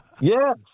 Yes